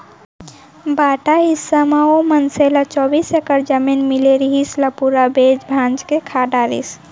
बांटा हिस्सा म ओ मनसे ल चौबीस एकड़ जमीन मिले रिहिस, ल पूरा बेंच भांज के खा डरिस